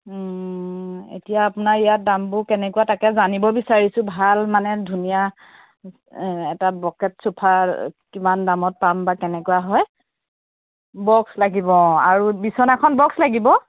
এতিয়া আপোনাৰ ইয়াত দামবোৰ কেনেকুৱা তাকে জানিব বিচাৰিছোঁ ভাল মানে ধুনীয়া এটা বকেট চোফা কিমান দামত পাম বা কেনেকুৱা হয় বক্স লাগিব অঁ আৰু বিছনাখন বক্স লাগিব